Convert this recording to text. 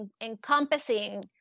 encompassing